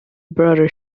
brother